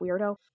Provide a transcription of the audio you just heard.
weirdo